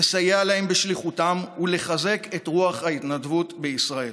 לסייע להם בשליחותם ולחזק את רוח ההתנדבות בישראל.